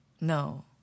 No